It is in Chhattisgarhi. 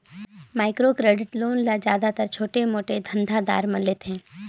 माइक्रो क्रेडिट लोन ल जादातर छोटे मोटे धंधा दार मन लेथें